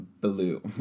Blue